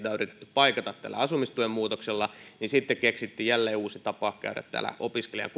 paikata tällä asumistuen muutoksella ja sitten on keksitty jälleen uusi tapa käydä opiskelijan